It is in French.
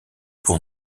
pour